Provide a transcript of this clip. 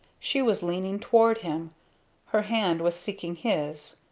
she was leaning toward him her hand was seeking his,